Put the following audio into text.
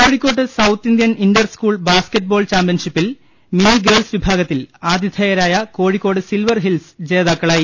കോഴിക്കോട്ട് south Indian inter school basketball ചാമ്പ്യൻഷിപ്പിൽ mini girls വിഭാഗത്തിൽ ആതിഥേയരായ കോഴിക്കോട് സിൽവർ ഹിൽസ് ജേതാക്കളായി